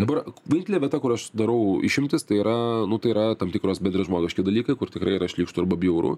dabar vienintelė vieta kur aš darau išimtis tai yra tai yra tam tikros bendražmogiški dalykai kur tikrai yra šlykštu arba bjauru